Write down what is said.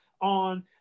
on